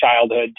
childhood